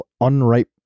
unripe